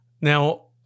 Now